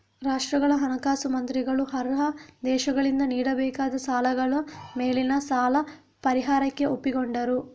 ರಾಷ್ಟ್ರಗಳ ಹಣಕಾಸು ಮಂತ್ರಿಗಳು ಅರ್ಹ ದೇಶಗಳಿಂದ ನೀಡಬೇಕಾದ ಸಾಲಗಳ ಮೇಲಿನ ಸಾಲ ಪರಿಹಾರಕ್ಕೆ ಒಪ್ಪಿಕೊಂಡರು